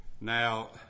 Now